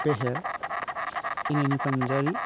बेहेर इनायनि फानजारि